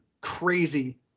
crazy